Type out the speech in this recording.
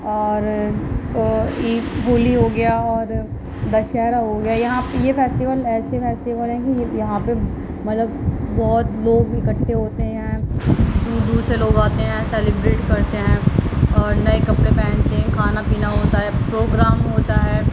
اور عید ہولی ہو گیا اور دسہرا ہو گیا یہاں یہ فیسٹیول ایسے فیسٹیول ہیں کہ یہاں پہ مطلب بہت لوگ اکٹھے ہوتے ہیں دور دور سے لوگ آتے ہیں سیلیبریٹ کرتے ہیں اور نئے کپڑے پہن کے کھانا پینا ہوتا ہے پروگرام ہوتا ہے